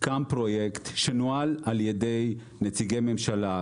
קם פרויקט שנוהל על ידי נציגי ממשלה,